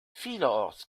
vielerorts